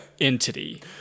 entity